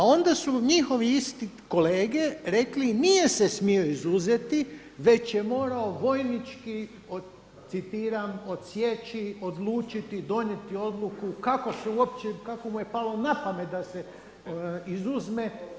A onda su njihovi isti kolege rekli nije se smio izuzeti već je morao vojnički, citiram odsjeći, odlučiti, donijeti odluku kako se uopće, kako mu je palo na pamet da se izuzme.